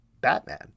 Batman